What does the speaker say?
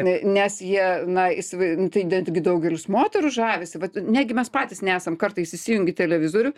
nes jie na įsivai tai netgi daugelis moterų žavisi vat negi mes patys nesam kartais įsijungi televizorių